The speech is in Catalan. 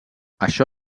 això